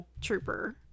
trooper